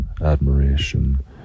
admiration